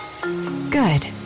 Good